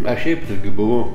aš šiaip tokiu buvau